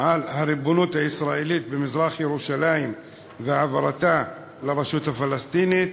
על הריבונות הישראלית במזרח-ירושלים והעברתה לרשות הפלסטינית?